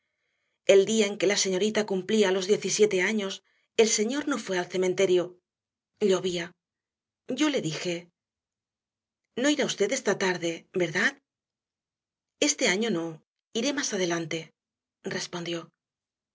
el día en que la señorita cumplía los diecisiete años el señor no fue al cementerio llovía yo le dije no irá usted esta tarde verdad este año no iré más adelante respondió